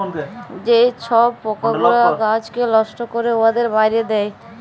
যে ছব পকাগুলা গাহাচকে লষ্ট ক্যরে উয়াদের মাইরে দেয়